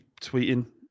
tweeting